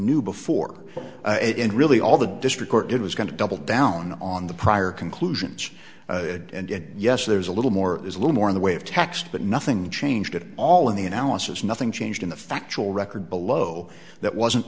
knew before it really all the district it was going to double down on the prior conclusions and yes there's a little more is a little more in the way of text but nothing changed at all in the analysis nothing changed in the factual record below that wasn't